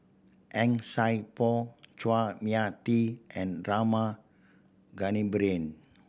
Han Sai Por Chua Mia Tee and Rama Kannabiran